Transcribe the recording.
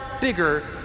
bigger